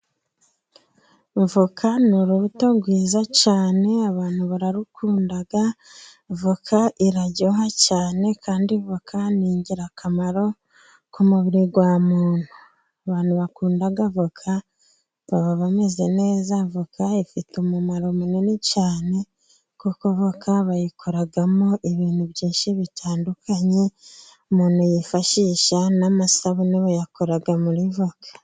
Avoka ni urubuto rwiza cyane abantu bararukunda; voka iraryoha cyane kandi voka ni ingirakamaro ku mubiri wa muntu, abantu bakunda voka baba bameze neza, avoka ifite umumaro munini cyane, kuko voka bayikoragamo ibintu byinshi bitandukanye umuntu yifashisha n' amasabune bayakora muri voka.